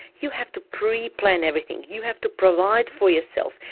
you have to pre-plan everything. you have to provide for yourself,